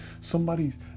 somebody's